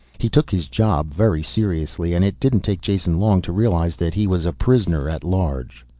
he took his job very seriously, and it didn't take jason long to realize that he was a prisoner-at-large.